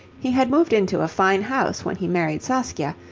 he had moved into a fine house when he married saskia,